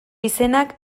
izenak